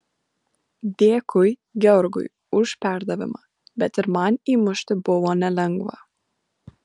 dėkui georgui už perdavimą bet ir man įmušti buvo nelengva